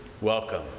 welcome